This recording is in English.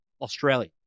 Australia